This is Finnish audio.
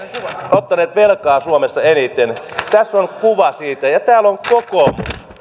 ottaneet velkaa suomessa eniten tässä on kuva siitä ja täällä on kokoomus